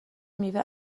میوه